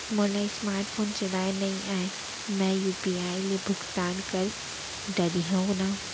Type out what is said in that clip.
मोला smart phone चलाए नई आए मैं यू.पी.आई ले भुगतान कर डरिहंव न?